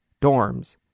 dorms